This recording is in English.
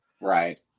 right